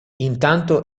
intanto